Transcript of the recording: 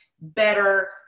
better